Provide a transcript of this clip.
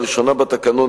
לראשונה בתקנון,